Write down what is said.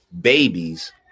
babies